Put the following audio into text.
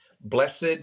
Blessed